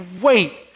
wait